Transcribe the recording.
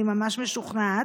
אני ממש משוכנעת.